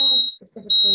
specifically